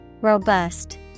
Robust